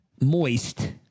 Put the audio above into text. moist